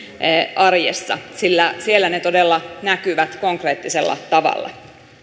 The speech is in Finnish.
arjessa sillä siellä ne todella näkyvät konkreettisella tavalla